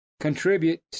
contribute